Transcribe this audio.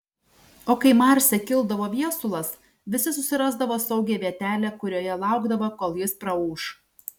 o kai marse kildavo viesulas visi susirasdavo saugią vietelę kurioje laukdavo kol jis praūš